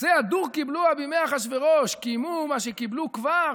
אז זה "הדור קבלוה בימי אחשוורוש" קיימו מה שקיבלו כבר.